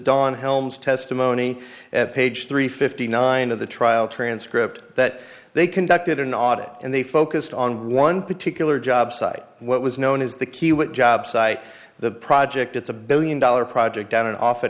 done helms testimony at page three fifty nine of the trial transcript that they conducted an audit and they focused on one particular job site what was known as the kiewit job site the project it's a billion dollar project on and off